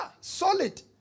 solid